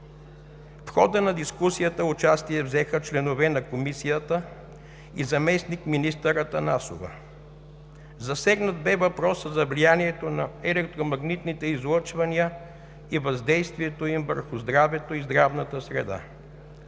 В хода на дискусията участие взеха членове на Комисията и заместник-министър Атанасова. Засегнат бе въпросът за влиянието на електромагнитните излъчвания и въздействието им върху здравето и здравната среда.